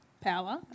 power